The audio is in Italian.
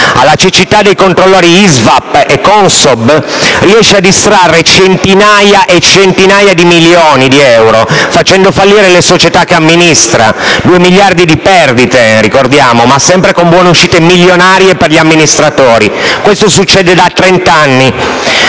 alla cecità dei controllori ISVAP e CONSOB, riesce a distrarre centinaia e centinaia di milioni di euro facendo fallire le società che amministra (2 miliardi di euro di perdite, ma sempre con buonuscite milionarie per gli amministratori). Questo succede da trent'anni.